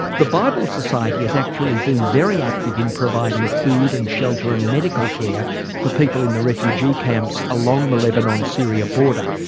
the bible society has actually been very active in providing food and shelter and medical care for people in the refugee camps along the lebanon-syria border.